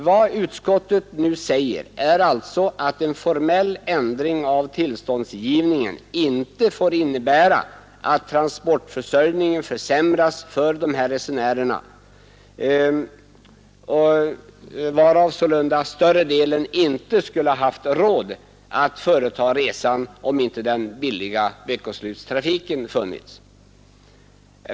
Vad utskottet nu säger är alltså att en formell ändring av tillståndsgivningen inte får innebära att transportförsörjningen försämras för dessa resenärer varav sålunda större delen inte skulle ha haft råd att företa resan om inte den billiga veckoslutstrafiken funnits.